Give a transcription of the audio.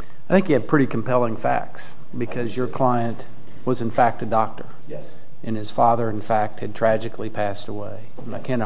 i think you have pretty compelling facts because your client was in fact a doctor in his father in fact had tragically passed away and i can